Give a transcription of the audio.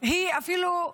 היא אפילו,